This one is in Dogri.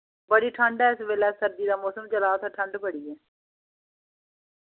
बड़ी ठंड ऐ इस बेल्लै सर्दी दा मौसम चला दा ते ठंड बड़ी